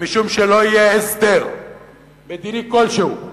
משום שלא יהיה הסדר מדיני כלשהו,